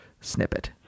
snippet